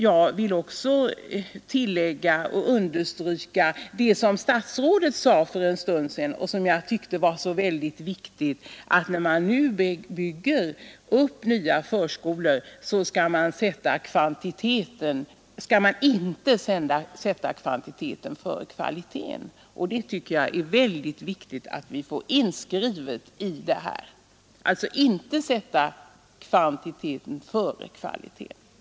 Jag vill också understryka något som statsrådet sade för en stund sedan och som jag tycker är mycket viktigt, nämligen att man när man nu bygger upp nya förskolor inte skall sätta kvantiteten före kvaliteten. Det är oerhört viktigt att det klart uttalas i detta sammanhang.